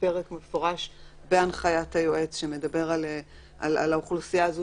פרק מפורש בהנחיית היועץ שמדבר על האוכלוסייה הזאת